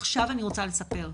עכשיו אני רוצה לספר",